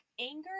anger